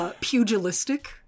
Pugilistic